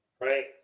right